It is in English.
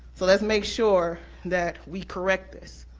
so let's make sure that we correct this,